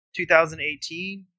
2018